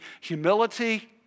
humility